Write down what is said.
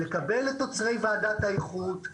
לקבל את תוצרי ועדת האיכות,